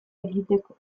egiteko